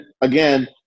again